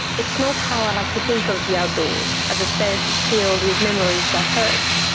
it's not how i like to think of the outdoors, as a space filled with memories that hurt.